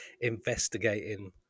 investigating